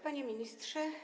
Panie Ministrze!